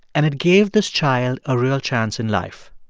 and it gave this child a real chance in life.